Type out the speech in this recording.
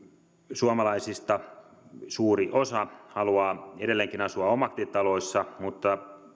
suomalaisista suuri osa haluaa edelleenkin asua omakotitalossa mutta